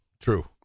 true